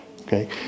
Okay